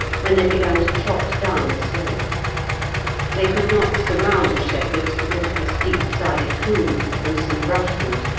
when they began to trot down the slope they could not surround the shepherds because of the steep-sided coombe and some brushwood,